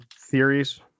theories